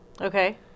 Okay